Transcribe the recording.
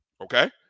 Okay